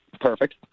Perfect